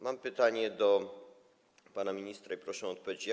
Mam pytanie do pana ministra i proszę odpowiedzieć na nie.